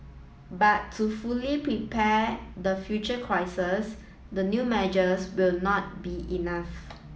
but to fully prepare the future crises the new measures will not be enough